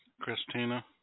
Christina